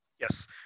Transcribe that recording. Yes